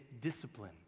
discipline